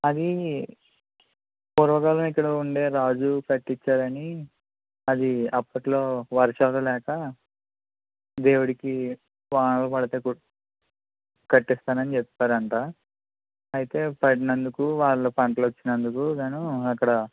అది పూర్వకాలంలో ఇక్కడ ఉండే రాజు కట్టించారని అది అప్పట్లో వర్షాలు లేక దేవుడికి వా వాన పడితే గుడి కట్టిస్తానని చెప్పారంట అయితే పడినందుకు వాళ్లు పంటలు వచ్చినందుకు గాను అక్కడ